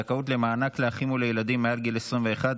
(זכאות למענק לאחים ולילדים מעל גיל 21),